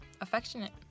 Affectionate